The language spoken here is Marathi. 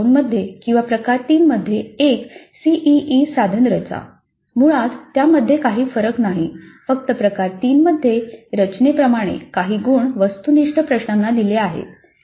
प्रकार 2 किंवा प्रकार 3 चे एक सीईई साधन रचा मुळात त्यामध्ये काही फरक नाही फक्त प्रकार तीन मध्ये रचनेप्रमाणे काही गुण वस्तुनिष्ठ प्रश्नांना दिले आहेत